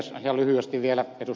ihan lyhyesti vielä ed